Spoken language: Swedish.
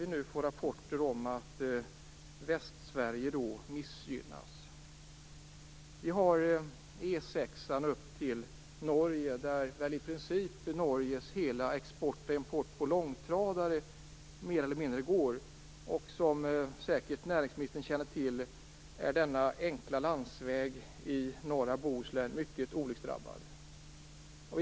Vi får rapporter om att Västsverige missgynnas när det gäller vägprojekt. E 6 går upp till Norge, och där går i princip hela Norges export och import med långtradare. Som näringsministern säkert känner till är denna enkla landsväg i norra Bohuslän mycket olycksdrabbad.